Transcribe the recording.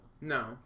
No